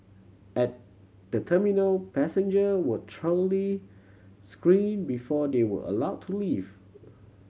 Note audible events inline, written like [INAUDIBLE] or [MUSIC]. at the terminal passenger were [UNINTELLIGIBLE] screen before they were allow to leave